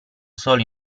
solo